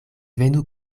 venu